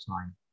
time